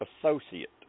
associate